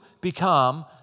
become